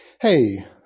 Hey